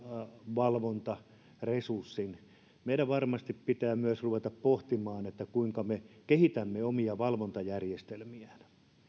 valvontaresurssin meidän varmasti pitää myös ruveta pohtimaan kuinka me kehitämme omia valvontajärjestelmiämme